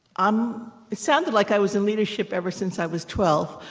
um it sounded like i was in leadership ever since i was twelve.